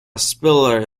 spiller